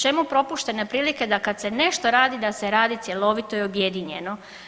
Čemu propuštene prilike da kad se nešto radi da se radi cjelovito i objedinjeno.